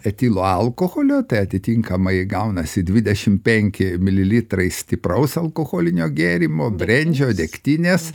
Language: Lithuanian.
etilo alkoholio tai atitinkamai gaunasi dvidešimt penki mililitrai stipraus alkoholinio gėrimo brendžio degtinės